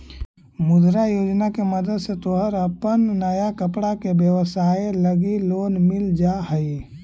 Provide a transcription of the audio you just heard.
मुद्रा योजना के मदद से तोहर अपन नया कपड़ा के व्यवसाए लगी लोन मिल जा हई